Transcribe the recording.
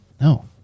No